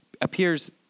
appears